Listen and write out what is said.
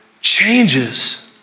changes